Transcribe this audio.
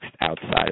outside